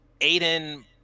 Aiden